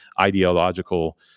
ideological